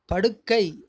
படுக்கை